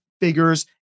figures